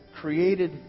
created